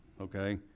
Okay